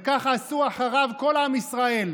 וככה עשו אחריו כל עם ישראל,